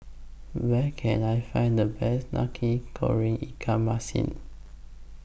Where Can I Find The Best Nasi Goreng Ikan Masin